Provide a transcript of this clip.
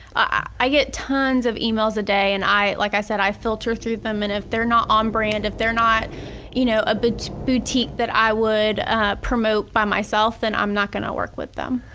i get tons of emails a day and i, like i said, i filter through them and if they're not on um brand, if they're not you know a but boutique that i would promote by myself, then i'm not gonna work with them.